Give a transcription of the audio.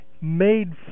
made